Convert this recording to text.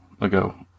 ago